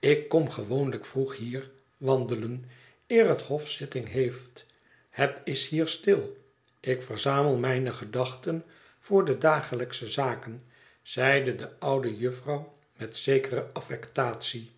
ik kom gewoonlijk vroeg hier wandelen eer het hof zitting heeft het is hier stil ik verzamel mijne gedachten voor de dagelijksche zaken zeide de oude jufvrouw met zekere affectatie